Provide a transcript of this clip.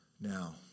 Now